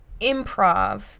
improv